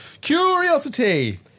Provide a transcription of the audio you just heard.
Curiosity